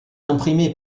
imprimés